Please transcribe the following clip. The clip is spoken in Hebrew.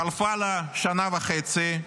חלפה לה שנה וחצי,